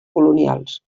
colonials